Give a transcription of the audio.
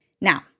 Now